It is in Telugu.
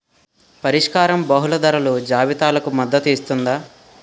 పరిష్కారం బహుళ ధరల జాబితాలకు మద్దతు ఇస్తుందా?